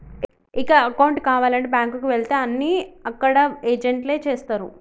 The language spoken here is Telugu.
ఇక అకౌంటు కావాలంటే బ్యాంకుకి వెళితే అన్నీ అక్కడ ఏజెంట్లే చేస్తరు